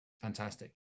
Fantastic